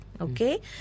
Okay